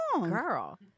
Girl